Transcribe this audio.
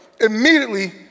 immediately